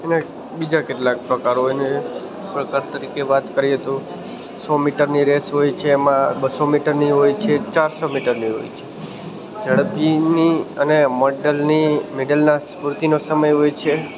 એને બીજાં કેટલાંક પ્રકારો એને પ્રકાર તરીકે વાત કરીએ તો સો મીટરની રેસ હોય છે એમાં બસો મીટરની એ હોય છે ચારસો મીટરની હોય છે ઝડપીની અને મોડલની મેડલના સ્ફૂર્તિનો સમય હોય છે